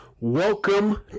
Welcome